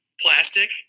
plastic